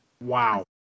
Wow